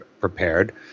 prepared